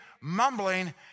mumbling